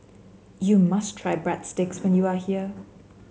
you must try Breadsticks when you are here